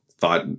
thought